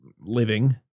living